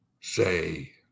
say